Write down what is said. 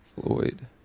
Floyd